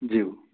ज्यू